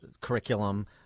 curriculum